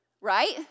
right